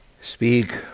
Speak